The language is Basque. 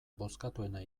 bozkatuena